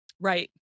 Right